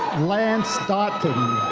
lance dotten.